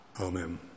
Amen